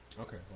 Okay